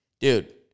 dude